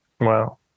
Wow